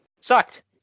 sucked